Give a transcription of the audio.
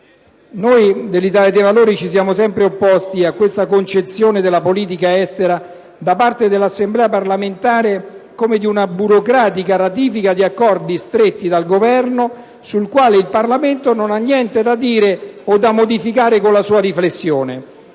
Noi dell'Italia dei Valori ci siamo sempre opposti a questa concezione della politica estera da parte dell'Assemblea parlamentare, come di una burocratica ratifica di accordi stretti dal Governo, sulla quale il Parlamento non abbia niente da dire a da modificare con la sua riflessione.